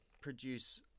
produce